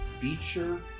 feature